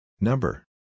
Number